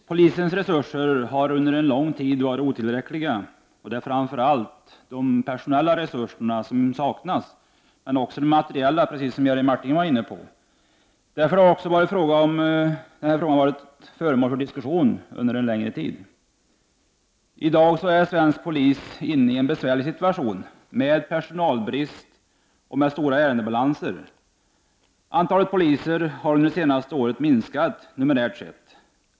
Herr talman! Polisens resurser har under en lång tid varit otillräckliga. Det är framför allt personella resurser som saknas, men också materiella, vilket Jerry Martinger var inne på. Därför har denna fråga också ofta varit föremål för diskussion under en längre tid. I dag är svensk polis inne i en besvärlig situation, med personalbrist och stora ärendebalanser. Antalet poliser har under de senaste åren minskat numerärt sett.